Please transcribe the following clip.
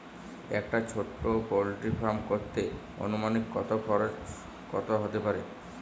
একটা ছোটো poultry farm করতে আনুমানিক কত খরচ কত হতে পারে?